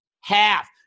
Half